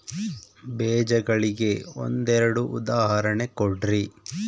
ಬೇಜಗಳಿಗೆ ಒಂದೆರಡು ಉದಾಹರಣೆ ಕೊಡ್ರಿ?